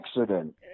accident